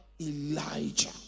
Elijah